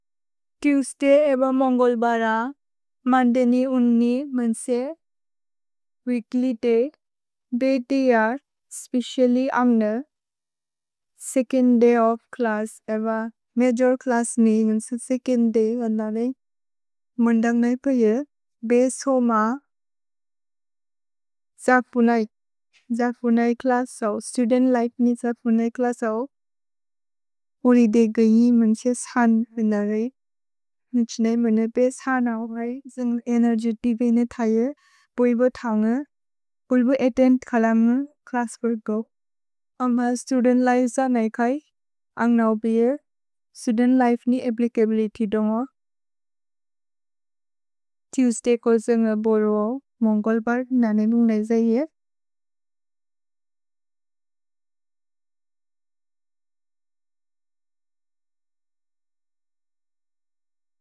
Tuesday एव मोन्गोल् बर मन्देनि उन्नि मन्से वीक्ल्य् दय्। भे दय् आर् स्पेचिअल्ल्य् आन्ग्ने सेचोन्द् दय् ओफ् च्लस्स् एव मजोर् च्लस्स् ने। सेचोन्द् दय् गन्ध रे। मोन्दन्ग् नैप् प्रए बे सो म जपु नैक्। जपु नैक् च्लस्स् अव् स्तुदेन्त् लिफे ने जपु नैक् च्लस्स् अव्। ओरि दय् गन्यिन् मन्से सहान् बेन रे। निछ्नेइ मन्नेपे सहान् अव् घै। जुन्ग् एनेर्ग्य् तिवेने थये। पुएब थने। पुएब अतेन्त् खल म्ने। छ्लस्स् फोर् गो। अम्म स्तुदेन्त् लिफे ज नैक् है। आन्ग्नव् बे ये। स्तुदेन्त् लिफे ने अप्प्लिचबिलित्य् दोन्ग। तुएस्दय् को जुन्ग् बोरेवो। मोन्गोल् बर नने उन्नै जै ये।